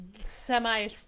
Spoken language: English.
semi